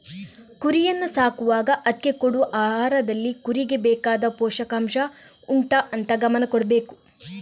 ಕುರಿಯನ್ನ ಸಾಕುವಾಗ ಅದ್ಕೆ ಕೊಡುವ ಆಹಾರದಲ್ಲಿ ಕುರಿಗೆ ಬೇಕಾದ ಪೋಷಕಾಂಷ ಉಂಟಾ ಅಂತ ಗಮನ ಕೊಡ್ಬೇಕು